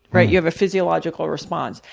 right? you have a physiological response.